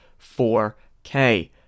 4K